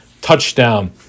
touchdown